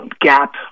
Gap